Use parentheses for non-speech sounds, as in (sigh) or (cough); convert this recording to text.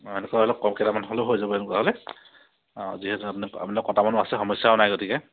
অঁ (unintelligible) হ'লেও হৈ যাব এনেকুৱা হ'লে অঁ যিহেতু আপোনাকৰ কটা মানুহ আছে সমস্যাও নাই গতিকে